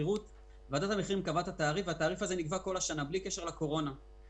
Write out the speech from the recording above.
ועדת המחירים קבעה את התעריף, בלי קשר לקורונה.